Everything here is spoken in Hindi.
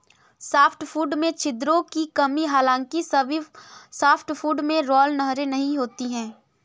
सॉफ्टवुड में छिद्रों की कमी हालांकि सभी सॉफ्टवुड में राल नहरें नहीं होती है